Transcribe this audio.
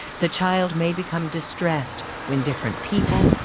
the child may become distressed when different people,